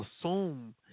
assume